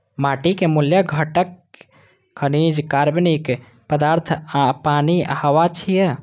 माटिक मूल घटक खनिज, कार्बनिक पदार्थ, पानि आ हवा छियै